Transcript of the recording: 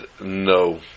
No